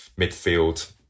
midfield